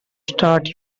start